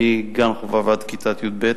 מגן חובה ועד כיתה י"ב.